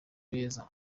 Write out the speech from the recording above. beza